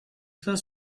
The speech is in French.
cela